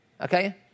Okay